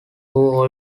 who